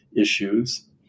issues